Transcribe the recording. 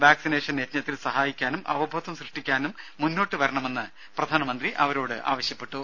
vaccination യജ്ഞത്തിൽ സഹായിക്കാനും അവബോധം സൃഷ്ടിക്കാനും മുന്നോട്ട് വരണമെന്ന് പ്രധാനമന്ത്രി അവരോട് ആവശ്യപ്പെട്ടു